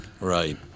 Right